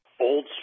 Old